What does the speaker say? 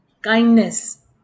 kindness